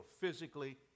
physically